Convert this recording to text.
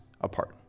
apart